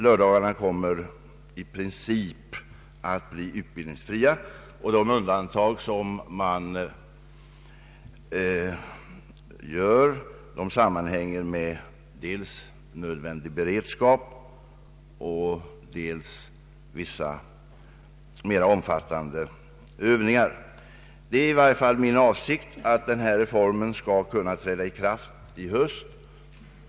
Lördagarna kommer i princip att bli utbildningsfria, och de undantag som görs sammanhänger med dels nödvändig beredskap, dels vissa mer omfattande övningar. Det är min avsikt att denna reform skall kunna träda i kraft i höst.